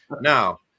Now